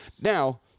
Now